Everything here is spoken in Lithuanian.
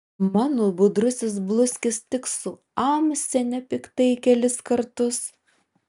mano budrusis bluskis tik suamsi nepiktai kelis kartus